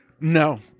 no